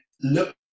look